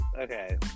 okay